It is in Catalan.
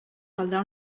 caldrà